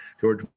George